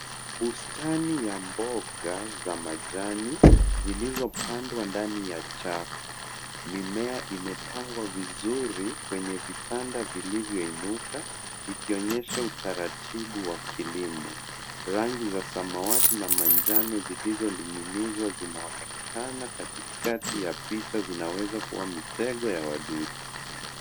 Bustani ya mboga za majani zilizopandwa ndani ya chafu, Mimea imepangwa vizuri kwneye vitanda vilivyoinuka, ikionyesha utaratibu wa kilimo. Rangi za samawati na manjano zilizoninginizwa zinaonekana katikati ya picha zinaweza kuwa mitego ya wadudu.